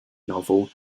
novel